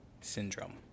syndrome